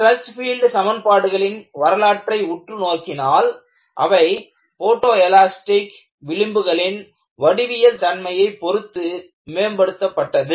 stress field சமன்பாடுகளின் வரலாற்றை உற்று நோக்கினால் அவை போட்டோ எலாஸ்டிக் விளிம்புகளின் வடிவியல் தன்மையைப் பொருத்து மேம்படுத்தப்பட்டது